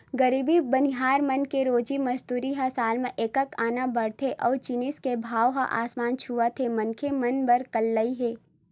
गरीब बनिहार मन के रोजी मंजूरी ह साल म एकात अकन बाड़थे अउ जिनिस के भाव ह आसमान छूवत हे मनखे मन बर करलई हे